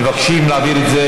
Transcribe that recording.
אנחנו עוברים להצבעה,